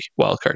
wildcard